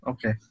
Okay